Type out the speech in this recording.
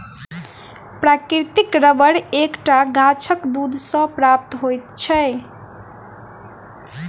प्राकृतिक रबर एक टा गाछक दूध सॅ प्राप्त होइत छै